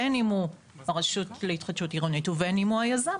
בין אם הוא הרשות להתחדשות עירונית ובין אם הוא היזם.